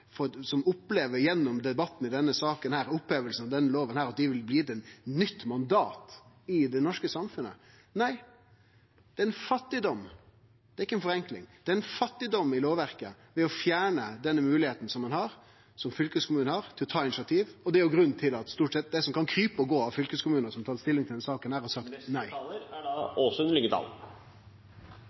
gjennom debatten i denne saka, ved opphevinga av denne loven, opplever at dei vil bli gitt eit nytt mandat i det norske samfunnet. Nei, det er ein fattigdom – det er ikkje ei forenkling. Det er ein fattigdom i lovverket å fjerne den moglegheita ein har, som fylkeskommunen har, til å ta initiativ. Det er grunnen til at stort sett det som kan krype og gå av fylkeskommunar som har tatt stilling til denne saka, har sagt nei.